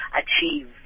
achieve